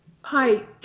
Hi